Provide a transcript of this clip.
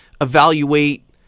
evaluate